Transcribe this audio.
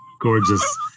Gorgeous